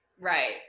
right